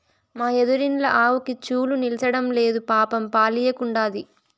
మా ఎదురిండ్ల ఆవుకి చూలు నిల్సడంలేదు పాపం పాలియ్యకుండాది